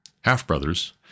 half-brothers